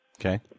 Okay